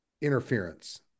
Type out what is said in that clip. interference